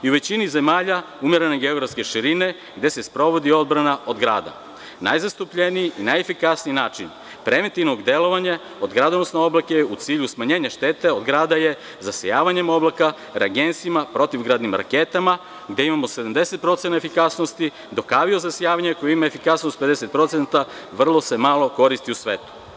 U većini zemalja umerene geografske širine, gde se sprovodi odbrana od grada, najzastupljeniji i najefikasniji način preventivnog delovanja od gradonosnih oblaka u cilju smanjenja štete od grada je zasejavanjem oblaka reagensima, protivgradnim raketama, gde imamo 70% efikasnosti, dok avio-zasejavanje koje ima 50% vrlo se malo koristi u svetu.